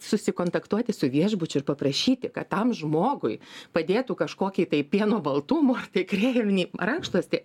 susikontaktuoti su viešbučiu ir paprašyti kad tam žmogui padėtų kažkokį tai pieno baltumo ar tai kreminį rankšluostį